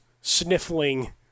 sniffling